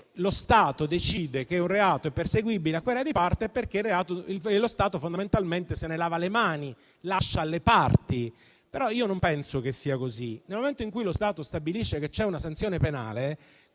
lo Stato decide che un reato è perseguibile a querela di parte è perché fondamentalmente se ne lava le mani, lascia alle parti. Ma io non penso che sia così. Nel momento in cui lo Stato stabilisce che c'è una sanzione penale,